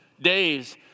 days